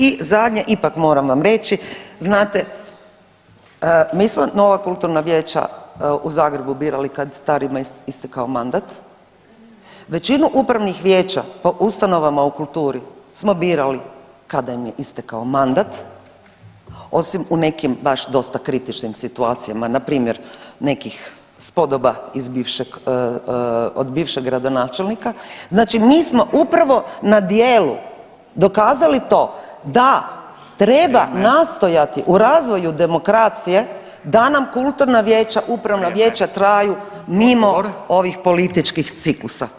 I zadnje ipak moram vam reći, znate mi smo nova kulturna vijeća u Zagrebu birali kad je starima istekao mandat, većinu upravnih vijeća po ustanovama u kulturi smo birali kada im je istekao mandat osim u nekim baš dosta kritičnim situacijama npr. nekih spodoba iz bivšeg, od bivšeg gradonačelnika, znači mi smo upravo na djelu dokazali to da treba nastojati u razvoju demokracije da nam kulturna vijeća, upravna vijeća traju mimo ovih političkih ciklusa.